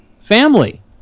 family